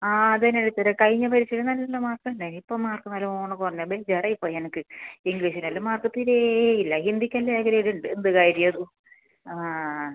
ആ അത് തന്നെ ടീച്ചറെ കഴിഞ്ഞ പരീക്ഷയിൽ നല്ല മാർക്ക് ഉണ്ടായിന് ഇപ്പോൾ മാർക്ക് നല്ലോണം കുറഞ്ഞ ബേജാറ് ആയിപ്പോയി എനിക്ക് ഇംഗ്ലീഷിൽ എല്ലാം മാർക്ക് തീരേ ഇല്ല ഹിന്ദിക്ക് എല്ലാം എ ഗ്രേഡ് ഉണ്ട് എന്ത് കാര്യം അത് ആ ആ